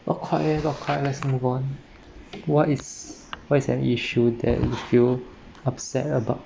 not quiet not quiet let's move on what is what is an issue that you feel upset about